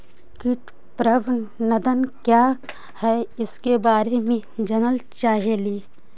कीट प्रबनदक क्या है ईसके बारे मे जनल चाहेली?